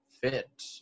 fit